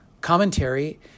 Commentary